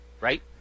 right